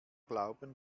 glauben